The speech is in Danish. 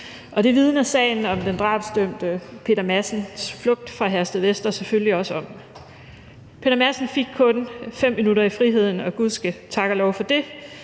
Det vidner sagen om den drabsdømte Peter Madsens flugt fra Herstedvester selvfølgelig også om. Peter Madsen fik kun 5 minutter i friheden, og gudsketakoglov for det.